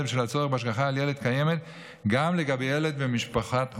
בשל הצורך בהשגחה על ילד קיימת גם לגבי ילד במשפחת אומנה,